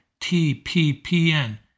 TPPN